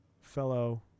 fellow